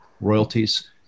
royalties